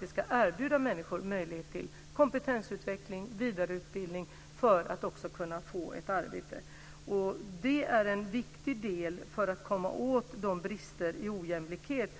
Vi ska erbjuda människor möjlighet till kompetensutveckling och vidareutbildning, så att de kan få ett arbete. Det är viktigt om vi ska kunna komma åt de brister och den ojämlikhet